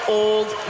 old